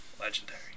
Legendary